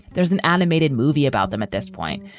there's an animated movie about them at this point.